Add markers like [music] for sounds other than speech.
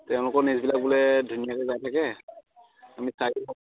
তেওঁলোকৰ নিউজ বিলাক বোলে ধুনীয়াকৈ যাই থাকে আমি [unintelligible]